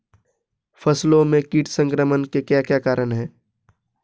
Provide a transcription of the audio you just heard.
फसलों में कीट संक्रमण के क्या क्या कारण है?